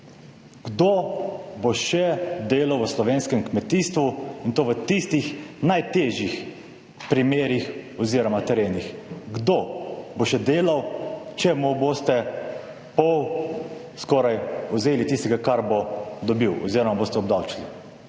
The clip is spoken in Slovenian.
Kdo bo še delal v slovenskem kmetijstvu, in to v tistih najtežjih primerih oziroma terenih? Kdo bo še delal, če mu boste vzeli skoraj polovico tistega, kar bo dobil, oziroma boste obdavčili.